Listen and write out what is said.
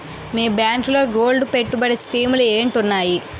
మీ బ్యాంకులో గోల్డ్ పెట్టుబడి స్కీం లు ఏంటి వున్నాయి?